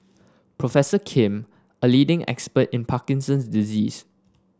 professor Kim a leading expert in Parkinson's disease